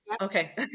okay